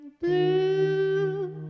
blue